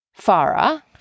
Farah